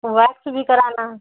wax भी कराना है